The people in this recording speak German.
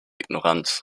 ignoranz